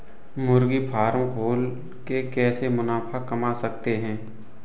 मुर्गी फार्म खोल के कैसे मुनाफा कमा सकते हैं?